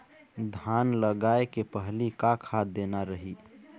धान लगाय के पहली का खाद देना रही?